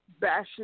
bashing